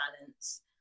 balance